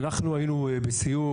אנחנו היינו בסיור.